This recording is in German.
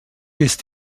ist